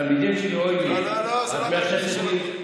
התלמידים שלי, לא, לא, זה לא התלמידים שלו.